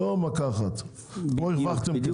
סליחה שאחזור כנראה על דברים שכבר אמרתי ושאולי